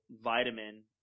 vitamin